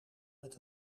met